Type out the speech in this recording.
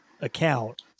account